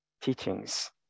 teachings